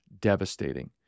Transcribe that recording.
devastating